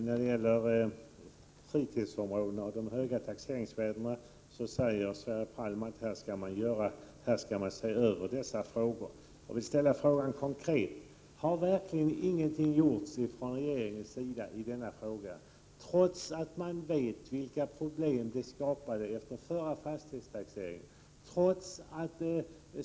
Herr talman! Sverre Palm säger att man skall se över frågorna kring de höga taxeringsvärdena för vissa fritidsområden. Jag vill fråga konkret: Har verkligen ingenting gjorts från regeringens sida i denna fråga, trots att man vet vilka problem som uppstod efter den förra fastighetstaxeringen?